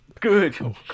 Good